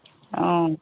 অঁ